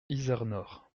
izernore